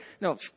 No